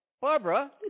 Barbara